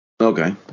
Okay